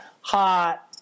hot